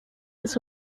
its